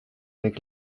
avec